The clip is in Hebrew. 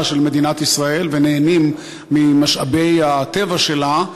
של מדינת ישראל ונהנים ממשאבי הטבע שלה,